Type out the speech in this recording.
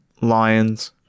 lions